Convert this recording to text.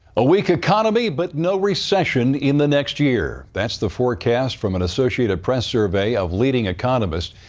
a weak economy but no recession in the next year. that's the forecast from an associated press survey of leading economists.